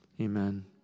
Amen